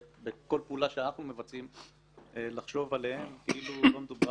בכל פעולה שאנחנו מבצעים לחשוב עליהם כאילו לא מדובר,